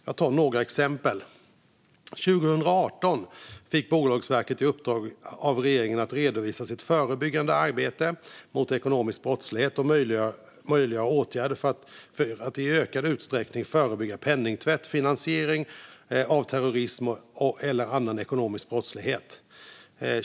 Jag tar några exempel: År 2018 fick Bolagsverket i uppdrag av regeringen att redovisa sitt förebyggande arbete mot ekonomisk brottslighet och möjliga åtgärder för att i ökad utsträckning förebygga penningtvätt, finansiering av terrorism eller annan ekonomisk brottslighet.